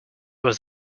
was